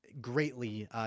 greatly